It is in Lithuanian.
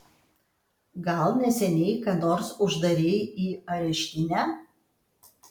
gal neseniai ką nors uždarei į areštinę